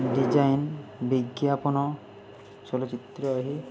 design ବିଜ୍ଞାପନ ଚଳଚ୍ଚିତ୍ର ଏହି